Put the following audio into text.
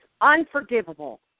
unforgivable